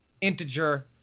integer